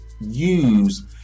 use